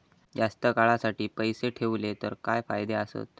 जास्त काळासाठी पैसे ठेवले तर काय फायदे आसत?